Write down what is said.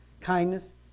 kindness